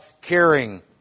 caring